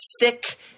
thick